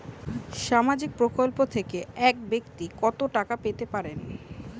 সামাজিক প্রকল্প থেকে এক ব্যাক্তি কত টাকা পেতে পারেন?